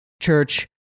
church